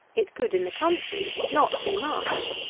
it could, in the country, not be much.